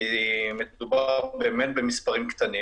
כי מדובר במספרים קטנים.